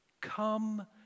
Come